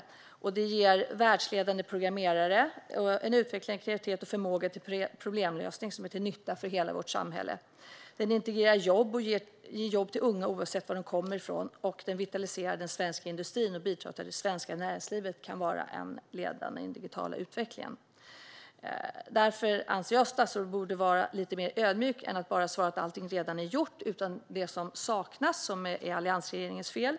Dataspelsindustrin skapar världsledande programmerare och bidrar till en utveckling av kreativitet och förmåga till problemlösning som är till nytta för hela vårt samhälle. Dataspelsindustrin genererar jobb till unga oavsett var de kommer ifrån, den vitaliserar den svenska industrin och bidrar till att det svenska näringslivet kan vara ledande i den digitala utvecklingen. Därför anser jag att statsrådet borde vara lite mer ödmjuk än att bara svara att allting redan är gjort och att det som saknas är alliansregeringens fel.